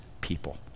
people